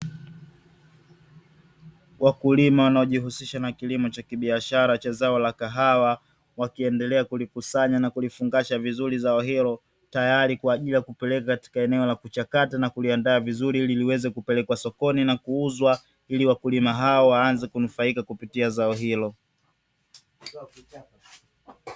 Wakulima wanaojihusisha na kilimo cha kibiashara cha zao la kahawa, wakiendelea kulikusanya na kulifungasha vizuri zao hilo, tayari kwa ajili ya kupeleka katika eneo la kuchakatwa na kuliandaa vizuri ili liweze kupelekwa sokoni na kuuzwa, ili wakulima hawa waanze kunufaika kupitia zao hilo.